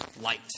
light